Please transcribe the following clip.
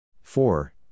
four